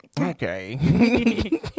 Okay